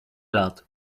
lat